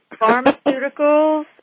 Pharmaceuticals